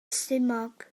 stumog